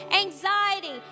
anxiety